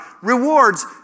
rewards